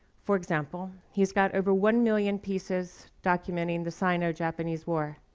for example, he's got over one million pieces documenting the sino-japanese war,